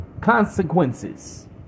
consequences